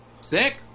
sick